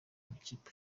amakipe